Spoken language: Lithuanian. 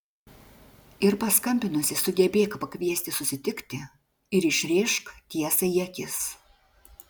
ir paskambinusi sugebėk pakviesti susitikti ir išrėžk tiesą į akis